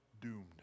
doomed